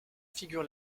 figure